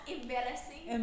Embarrassing